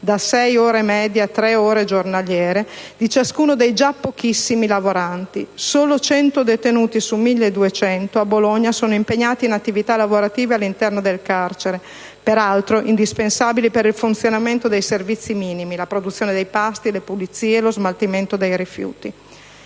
(da sei ore medie a 3 ore giornaliere) di ciascuno dei già pochissimi lavoranti: solo 100 detenuti su 1200, infatti, a Bologna sono impiegati in attività lavorative all'interno del carcere, peraltro indispensabili per il funzionamento dei servizi minimi: la produzione dei pasti, le pulizie, lo smaltimento dei rifiuti.